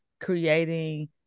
creating